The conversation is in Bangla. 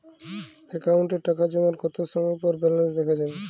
অ্যাকাউন্টে টাকা জমার কতো সময় পর ব্যালেন্স দেখা যাবে?